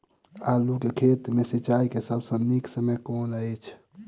आलु केँ खेत मे सिंचाई केँ सबसँ नीक समय कुन अछि?